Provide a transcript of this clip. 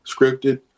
scripted